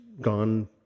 gone